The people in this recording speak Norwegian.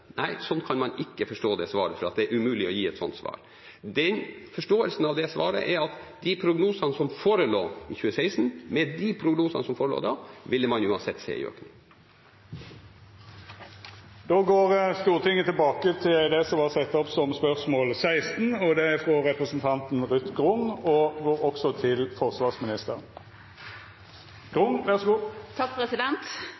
Nei, sånn kan man ikke forstå det svaret, for det er umulig å gi et sånt svar. Forståelsen av det svaret er at med de prognosene som forelå i 2016, ville man uansett se en økning. Då går Stortinget tilbake til spørsmål 16. «Stortinget har vært tydelig på at innsparing ikke skal gå på bekostning av kvaliteten i utdanningen. Nå skal fremtidige sjøkrigere rekrutteres rett fra videregående og